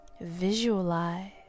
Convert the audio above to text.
Visualize